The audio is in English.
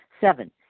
Seven